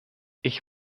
ich